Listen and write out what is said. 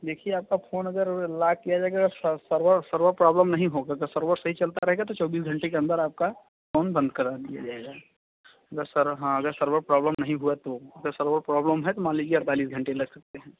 देखिए आपका फोन अगर लाक किया जाएगा तो सर्वर प्रॉब्लेम नहीं होगा यदि सर्वर सही चलता रहेगा तो चौबीस घंटे के अंदर आपका फोन बंद करा दिया जाएगा सर हाँ अगर सर्वर प्रॉब्लेम नहीं हुआ तो अगर सर्वर प्रॉबलम है तो मान लीजिए अड़तालीस घंटे लग सकते हैं